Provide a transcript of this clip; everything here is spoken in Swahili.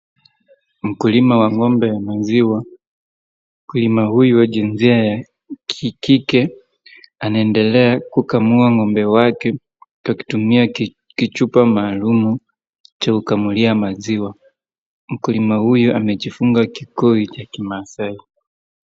Mkulima wa ng'ombe ya maziwa, mkulima huyu wa jinsia ya kike anaendelea kukamua ng'ombe wake kwa kutumia kichupa maalum cha kukamulia maziwa. Mkulima huyu amejifunga kikoi cha kimaasai.